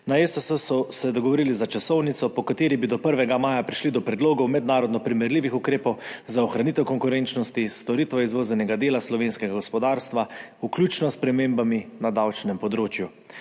Na ESS so se dogovorili za časovnico, po kateri bi do 1. maja prišli do predlogov mednarodno primerljivih ukrepov za ohranitev konkurenčnosti storitvenoizvoznega dela slovenskega gospodarstva, vključno s spremembami na davčnem področju.